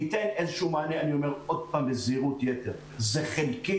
אני אומרת לך שילד בכיתה לא יכול לסגור חשבון חודש וחצי אחורה.